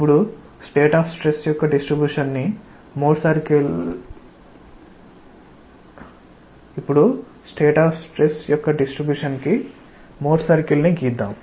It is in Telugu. ఇప్పుడు స్టేట్ ఆఫ్ స్ట్రెస్ యొక్క డిస్ట్రిబ్యూషన్ కి మోర్ సర్కిల్ ని గీద్దాం